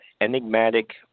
enigmatic